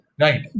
Right